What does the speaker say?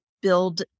build